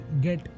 get